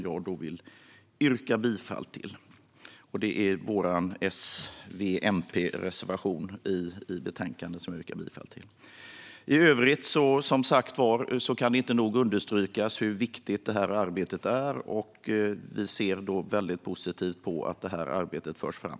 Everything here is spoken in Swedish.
Jag vill yrka bifall till vår S-V-MP-reservation. I övrigt kan det inte nog understrykas hur viktigt det här arbetet är. Vi är väldigt positiva till att det förs fram.